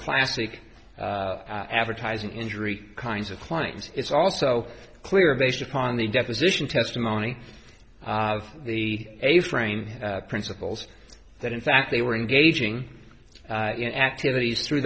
classic advertising injury kinds of claims it's also clear based upon the deposition testimony of the a friend principals that in fact they were engaging in activities through